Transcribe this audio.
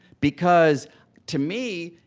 because to me,